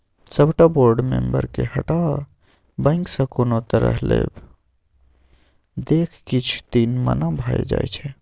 सबटा बोर्ड मेंबरके हटा बैंकसँ कोनो तरहक लेब देब किछ दिन मना भए जाइ छै